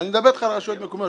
אני מדבר אתך על רשויות מקומיות,